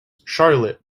charlotte